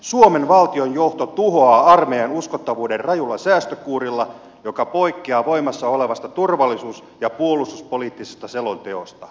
suomen valtionjohto tuhoaa armeijan uskottavuuden rajulla säästökuurilla joka poikkeaa voimassa olevasta turvallisuus ja puolustuspoliittisesta selonteosta